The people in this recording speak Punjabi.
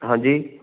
ਹਾਂਜੀ